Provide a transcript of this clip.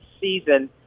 Season